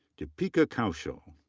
deepika kaushal.